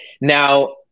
Now